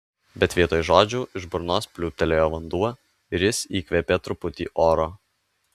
bet vietoj žodžių iš burnos pliūptelėjo vanduo ir jis įkvėpė truputį oro